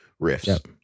riffs